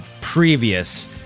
previous